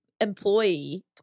employee